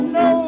no